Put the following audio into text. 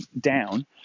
down